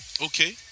Okay